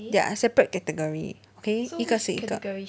they are separate category okay 一个是一个